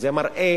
זה מראה